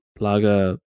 Plaga